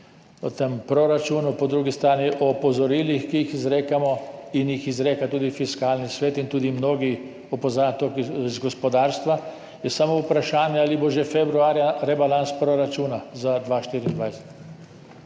o tem proračunu, po drugi strani o opozorilih, ki jih izrekamo in jih izreka tudi Fiskalni svet in tudi mnogi opozarjajo iz gospodarstva, je samo vprašanje, ali bo že februarja rebalans proračuna za 2024,